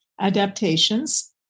adaptations